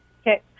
Okay